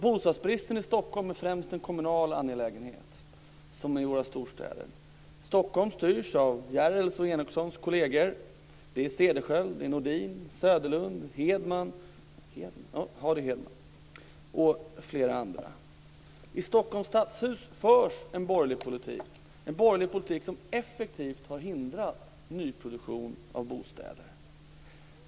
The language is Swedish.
Bostadsbristen i Stockholm och somliga andra storstäder är främst en kommunal angelägenhet. Stockholm styrs av Järrels och Enochsons kolleger. Det är Cederschiöld, Nordin, Söderlund, Hedman och flera andra. I Stockholms stadshus förs en borgerlig politik, en borgerlig politik som effektivt har hindrat nyproduktion av bostäder.